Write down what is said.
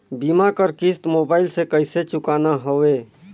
बीमा कर किस्त मोबाइल से कइसे चुकाना हवे